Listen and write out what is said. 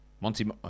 Monty